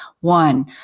One